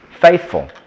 Faithful